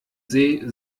see